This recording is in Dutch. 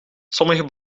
sommige